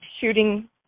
shooting